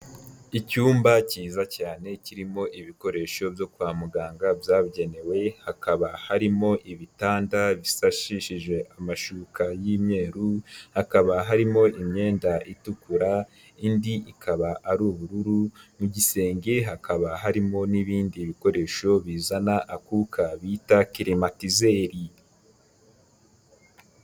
Icyumba cyiza cyane kirimo ibikoresho byo kwa muganga byabugenewe, hakaba harimo ibitanda bisashishije amashuka y'imyeru hakaba harimo imyenda itukura indi ikaba ari ubururu, mu gisenge hakaba harimo n'ibindi bikoresho bizana akuka bita kirimatizeri.